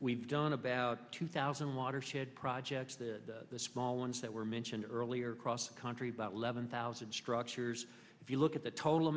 we've done about two thousand watershed projects the small ones that were mentioned earlier across the country but levon thousand structures if you look at the total